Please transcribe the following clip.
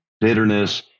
bitterness